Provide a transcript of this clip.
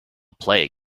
plague